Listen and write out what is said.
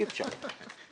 אי אפשר.